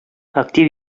актив